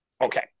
Okay